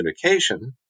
communication